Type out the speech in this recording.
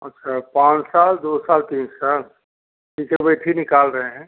अच्छा पाँच साल दो साल तीन साल ठीक है निकाल रहे हैं